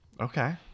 Okay